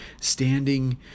standing